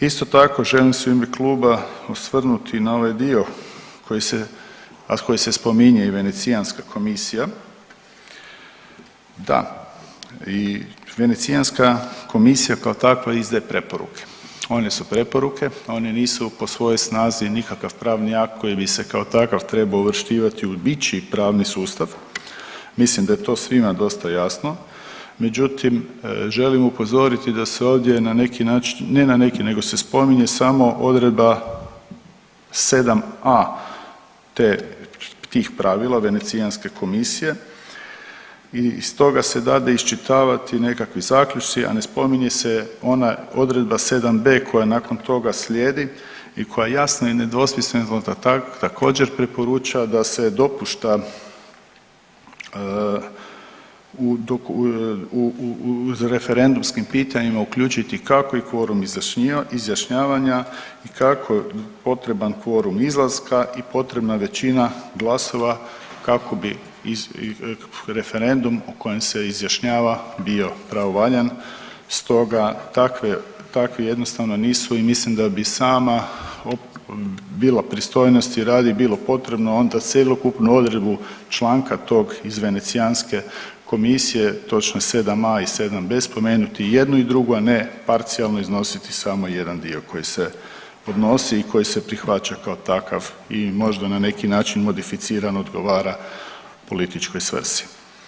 Isto tako želim se u ime kluba osvrnuti i na ovaj dio koji se, a koji se spominje i Venecijanska komisija, da i Venecijanska komisija kao takva izdaje preporuke, one su preporuke, one nisu po svojoj snazi nikakav pravni akt koji bi se kao takav trebao uvrštivati u ičiji pravni sustav, mislim da je to svima dosta jasno, međutim želim upozoriti da se ovdje na neki način, ne na neki nego se spominje samo odredba 7.a. te, tih pravila Venecijanske komisije i iz toga se dade iščitavati nekakvi zaključci, a ne spominje se ona odredba 7.b. koja nakon toga slijedi i koja je jasna i nedvosmislen … [[Govornik se ne razumije]] također preporuča da se dopušta u referendumskim pitanjima uključiti kakvi kvorum izjašnjavanja i kako je potreban kvorum izlaska i potrebna većina glasova kako bi referendum o kojem se izjašnjava bio pravovaljan, stoga takve, takvi jednostavno nisu i mislim da bi sama, bilo pristojnosti radi, bilo potrebno onda cjelokupnu odredbu članka tog iz Venecijanske komisije, točno 7.a. i 7.b. spomenuti i jednu i drugu, a ne parcijalno iznositi samo jedan dio koji se odnosi i koji se prihvaća kao takav i možda na neki način modificiran odgovara političkoj svrsi.